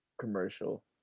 commercial